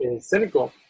cynical